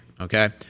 okay